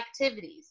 activities